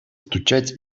стучать